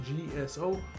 GSO